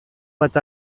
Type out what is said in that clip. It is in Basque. bat